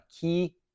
key